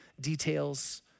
details